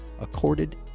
accorded